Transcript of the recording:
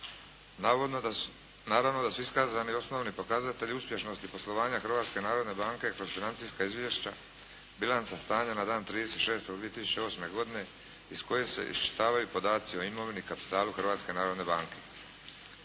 Naravno da su iskazani osnovni pokazatelji uspješnosti poslovanja Hrvatske narodne banke kroz financijska izvješća, bilanca stanja na dan 30.6.2008. godine iz koje se iščitavaju podaci o imovini, kapitalu